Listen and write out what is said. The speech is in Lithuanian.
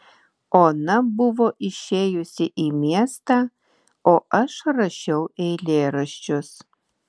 ona buvo išėjusi į miestą o aš rašiau eilėraščius